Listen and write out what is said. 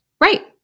Right